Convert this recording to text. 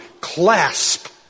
clasp